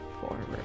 forward